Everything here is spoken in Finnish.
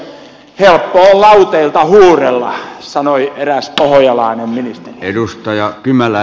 helppo on lauteilta huurella sanoi eräs pohojalaanen ministeri